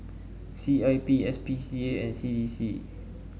C I P S P C A and C D C